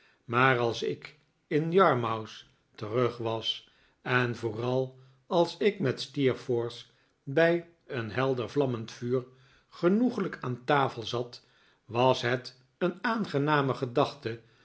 maar als ik in yarmouth terug was en vooral als ik met steerforth bij een helder vlammend vuur genoeglijk aan tafel zat was het een aangename gedachte